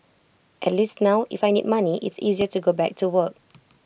at least now if I need money it's easier to go back to work